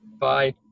Bye